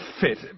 fit